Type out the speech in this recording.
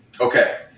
okay